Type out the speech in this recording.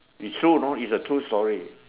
it's true you know it's a true story